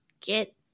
get